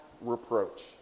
reproach